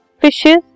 fishes